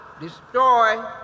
destroy